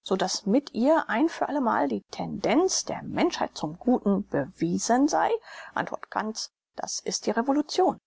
menschheit sodaß mit ihr ein für alle mal die tendenz der menschheit zum guten bewiesen sei antwort kant's das ist die revolution